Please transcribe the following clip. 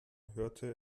hörte